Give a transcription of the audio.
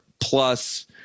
Plus